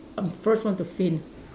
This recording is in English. I'm first one to faint